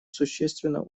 существенно